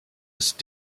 ist